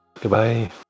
Goodbye